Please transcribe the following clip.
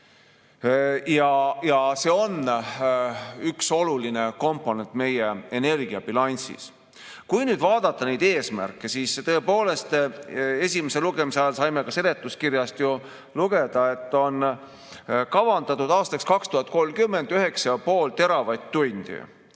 Ja see on üks oluline komponent meie energiabilansis. Kui vaadata neid eesmärke, siis tõepoolest esimese lugemise ajal saime ka seletuskirjast lugeda, et 2030. aastaks on kavandatud 9,5 teravatt-tundi.